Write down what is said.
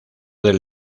del